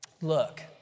look